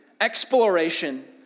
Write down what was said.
exploration